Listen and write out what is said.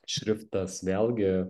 šriftas vėlgi